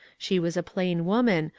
she was a plain woman,